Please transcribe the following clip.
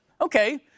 okay